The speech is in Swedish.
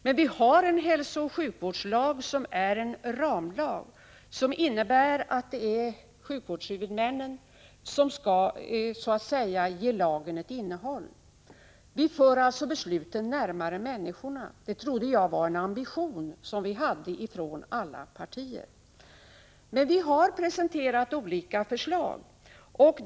Men vår hälsooch sjukvårdslag är en ramlag, vilket innebär att det är sjukvårdshuvudmännen som skall ge lagen ett innehåll. Vi för alltså besluten närmare människorna, och det trodde jag var en ambition som alla partier hade. Vi har dock presenterat olika förslag.